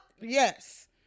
yes